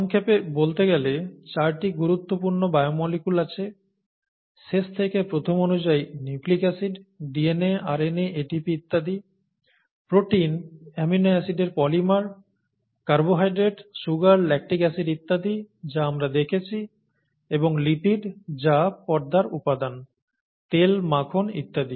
সংক্ষেপে বলতে গেলে 4টি গুরুত্বপূর্ণ বায়োমলিকুল আছে শেষ থেকে প্রথম অনুযায়ী nucleic acid DNA RNA ATP ইত্যাদি প্রোটিন অ্যামিনো অ্যাসিডের polymer carbohydrate sugar lactic acid ইত্যাদি যা আমরা দেখেছি এবং লিপিড যা পর্দার উপাদান তেল মাখন ইত্যাদি